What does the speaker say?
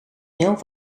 mail